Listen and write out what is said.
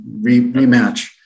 Rematch